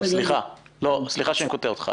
סליחה שאני קוטע אותך.